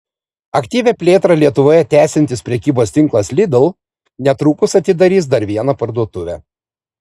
aktyvią plėtrą lietuvoje tęsiantis prekybos tinklas lidl netrukus atidarys dar vieną parduotuvę